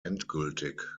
endgültig